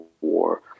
War